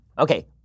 Okay